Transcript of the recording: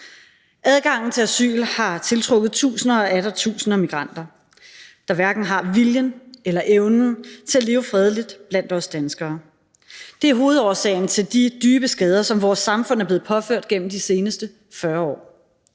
Adgangen til asyl har tiltrukket tusinder og atter tusinder af migranter, der hverken har viljen eller evnen til at leve fredeligt blandt os danskere. Det er hovedårsagen til de dybe skader, som vores samfund er blevet påført gennem de seneste 40 år.